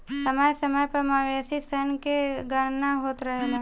समय समय पर मवेशी सन के गणना होत रहेला